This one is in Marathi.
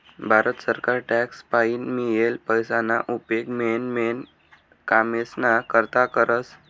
भारत सरकार टॅक्स पाईन मियेल पैसाना उपेग मेन मेन कामेस्ना करता करस